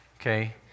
Okay